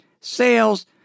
sales